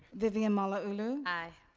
vivian malauulu. i.